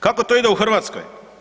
Kako to ide u Hrvatskoj?